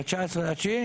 ב-19 בספטמבר,